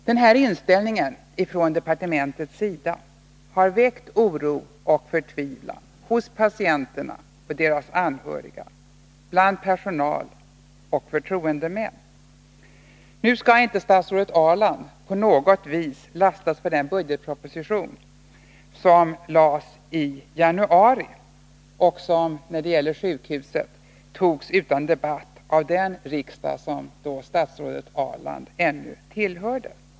Den här inställningen från departementets sida har väckt oro och förtvivlan bland patienterna och deras anhöriga, bland personal och förtroendemän. Nu skall inte statsrådet Ahrland på något vis lastas för den budgetproposition som lades i januari och som när det gäller sjukhuset togs utan debatt av den riksdag där Karin Ahrland då ännu ingick som ledamot.